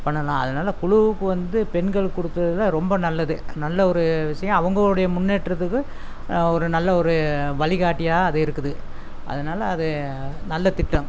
பண்ணலாம் அதனால குழுவுக்கு வந்து பெண்களுக்கு கொடுத்ததுல ரொம்ப நல்லது நல்ல ஒரு விஷயம் அவர்களுடைய முன்னேற்றத்துக்கு ஒரு நல்ல ஒரு வழிகாட்டியா அது இருக்குது அதனால அது நல்ல திட்டம்